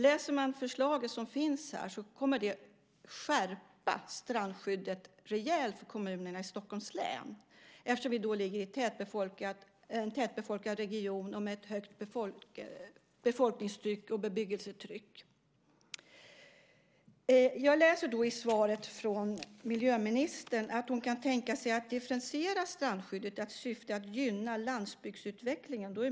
Läser man förslaget som finns kommer det att skärpa strandskyddet rejält för kommunerna i Stockholms län. De ligger i en tätbefolkad region med ett högt befolkningstryck och bebyggelsetryck. Jag läser i svaret från miljöministern att hon kan tänka sig att differentiera strandskyddet i syfte att gynna landbygdsutvecklingen.